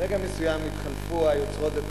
ברגע מסוים נתחלפו היוצרות,